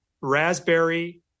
raspberry